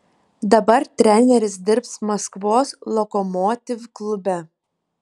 dabar treneris dirbs maskvos lokomotiv klube